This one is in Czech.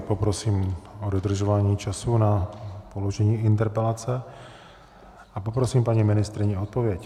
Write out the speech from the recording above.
Poprosím o dodržování času na položení interpelace a poprosím paní ministryni o odpověď.